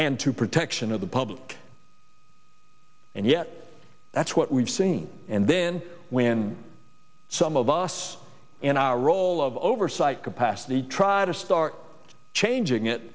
and to protection of the public and yet that's what we've seen and then when some of us in our role of oversight capacity try to start changing it